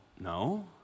No